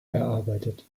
erarbeitet